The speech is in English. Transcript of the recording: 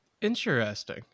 Interesting